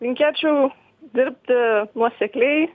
linkėčiau dirbti nuosekliai